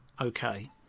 Okay